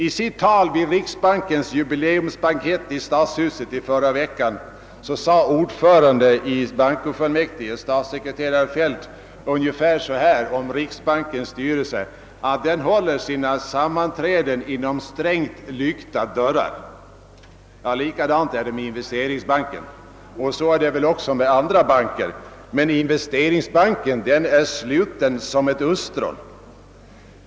I sitt tal vid riksbankens jubileumsbankett i Stadshuset i förra veckan sade ordföranden i bankofullmäktige, statssekreterare Feldt, ungefär så här om riksbankens styrelse: Den håller sina sammanträden inom strängt lyckta dörrar. Likadant är det med Investeringsbanken, och så är det väl också med andra banker, men Investeringsbanken är sluten som ett ostron.